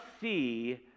see